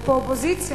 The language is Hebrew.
ובאופוזיציה,